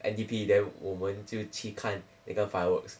N_D_P then 我们就去看那个 fireworks